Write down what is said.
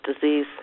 disease